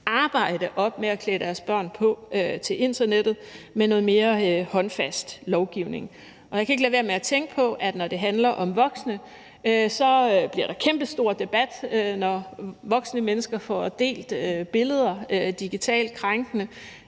arbejde med at klæde deres børn på til internettet op med noget mere håndfast lovgivning. Og jeg kan ikke lade være med at tænke på, at når det handler om voksne, bliver der kæmpestor debat, når voksne mennesker får delt billeder, der er digitalt krænkende;